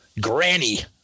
Granny